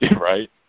right